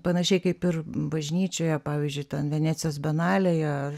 panašiai kaip ir bažnyčioje pavyzdžiui ten venecijos bienalėje